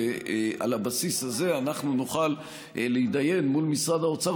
ועל הבסיס הזה אנחנו נוכל להתדיין מול משרד האוצר